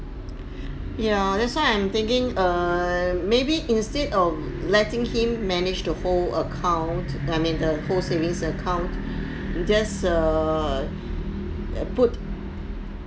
ya that's why I'm thinking err maybe instead of letting him manage the whole account I mean the whole savings account just err put